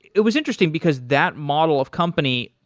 it was interesting, because that model of company,